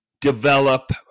develop